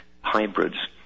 hybrids